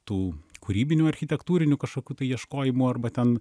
tų kūrybinių architektūrinių kažkokių tai ieškojimų arba ten